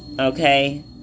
Okay